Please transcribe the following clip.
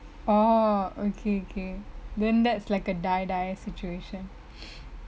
orh okay okay then that's like a die die situation